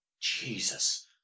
Jesus